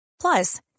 Plus